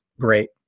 great